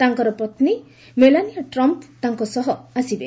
ତାଙ୍କର ପତ୍ନୀ Melania Trump ତାଙ୍କ ସହ ଆସିବେ